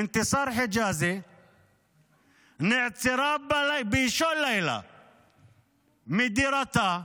אינתיסאר חיג'אזי נעצרה באישון לילה בדירתה.